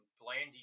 Blandy